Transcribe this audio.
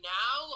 now